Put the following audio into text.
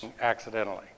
accidentally